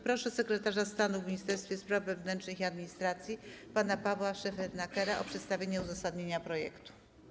Proszę sekretarza stanu w Ministerstwie Spraw Wewnętrznych i Administracji pana Pawła Szefernakera o przedstawienie uzasadnienia projektu.